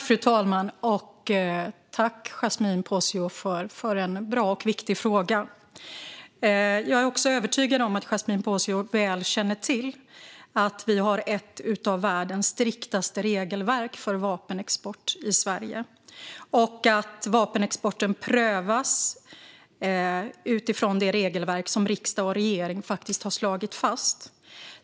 Fru talman! Tack, Yasmine Posio, för en bra och viktig fråga! Jag är övertygad om att Yasmine Posio väl känner till att Sverige har ett av världens striktaste regelverk för vapenexport och att vapenexporten prövas utifrån detta regelverk, som riksdag och regering slagit fast.